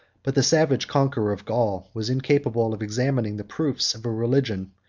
but the savage conqueror of gaul was incapable of examining the proofs of a religion,